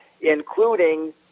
including